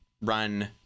run